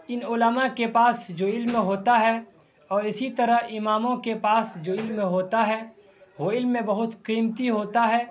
ان علما کے پاس جو علم ہوتا ہے اور اسی طرح اماموں کے پاس جو علم ہوتا ہے وہ علم بہت قیمتی ہوتا ہے